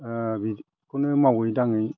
बिखौनो मावै दाङै